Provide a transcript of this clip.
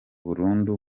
burundi